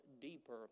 deeper